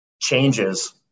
changes